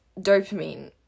dopamine